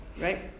right